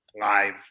live